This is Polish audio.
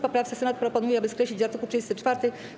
poprawce Senat proponuje, aby skreślić art. 34.